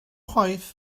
chwaith